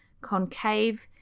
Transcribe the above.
Concave